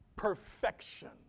perfection